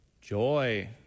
Joy